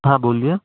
ہاں بولیے